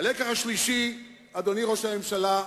הלקח השלישי, אדוני ראש הממשלה,